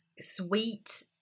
sweet